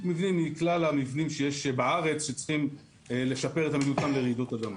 מבנים מכלל המבנים שיש בארץ שצריכים לשפר את עמידותם לרעידות אדמה.